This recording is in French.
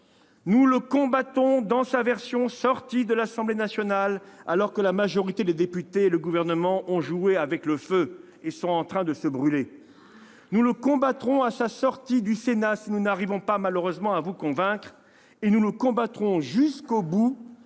Nous le combattons dans sa version issue des travaux de l'Assemblée nationale, alors que la majorité des députés et le Gouvernement ont joué avec le feu et sont en train de se brûler. Nous le combattrons, à sa sortie du Sénat, si nous n'arrivons malheureusement pas à vous convaincre. Nous le combattrons jusqu'au bout,